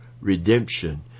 redemption